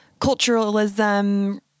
culturalism